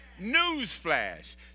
Newsflash